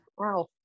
Wow